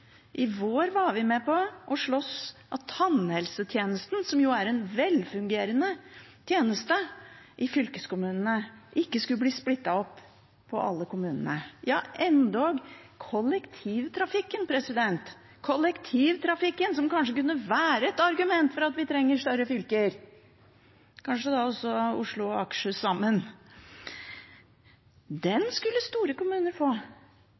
I vår var vi med på å slåss for at tannhelsetjenesten, som jo er en velfungerende tjeneste i fylkeskommunene, ikke skulle bli splittet opp på alle kommunene. Endog kollektivtrafikken – som kanskje kunne være et argument for at vi trenger større fylker, kanskje da også Oslo og Akershus sammen – skulle store kommuner få.